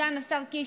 סגן השר קיש,